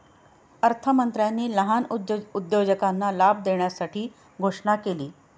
अर्थमंत्र्यांनी लहान उद्योजकांना लाभ देण्यासाठी घोषणा केली